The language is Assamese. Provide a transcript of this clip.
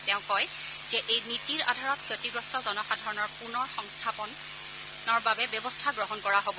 তেওঁ কয় যে এই নীতিৰ আধাৰত ক্ষতিগ্ৰস্ত জনসাধাৰণৰ পুনৰ সংস্থাপনৰ বাবে ব্যৱস্থা গ্ৰহণ কৰা হ'ব